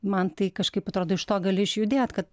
man tai kažkaip atrodo iš to gali išjudėt kad